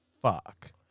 fuck